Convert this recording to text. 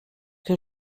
que